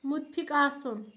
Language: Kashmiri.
مُتفِق آسُن